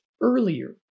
earlier